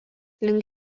link